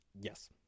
Yes